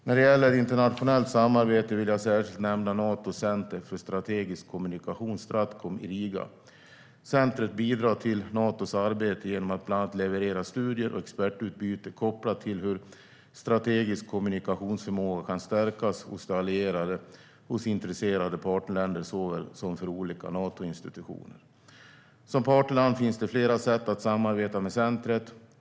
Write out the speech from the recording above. När det gäller internationellt samarbete vill jag särskilt nämna Natos center för strategisk kommunikation, Stratcom, i Riga. Centret bidrar till Natos arbete genom att bland annat leverera studier och expertutbyte kopplat till hur strategisk kommunikationsförmåga kan stärkas hos de allierade och hos intresserade partnerländer såväl som för olika Natoinstitutioner. Som partnerland finns det flera sätt att samarbeta med centret.